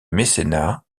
mécénat